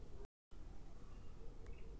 ಕೃಷಿ ಸಾಲ ಪಡೆಯಬೇಕಾದರೆ ಯಾವೆಲ್ಲ ಡಾಕ್ಯುಮೆಂಟ್ ಬೇಕು?